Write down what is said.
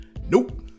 nope